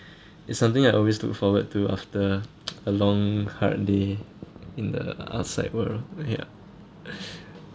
it's something I always look forward to after a long hard day in the outside world ya